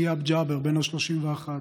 איהאב ג'אבר בן ה-31,